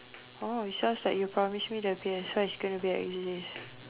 oh sounds like you promise me the P_S four is gonna be